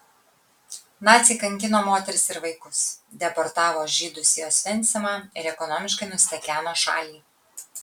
naciai kankino moteris ir vaikus deportavo žydus į osvencimą ir ekonomiškai nustekeno šalį